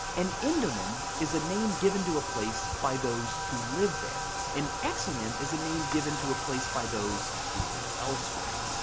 an endonym is a name given to a place by those who live there. an exonym is the name given to a place by those who live elsewhere.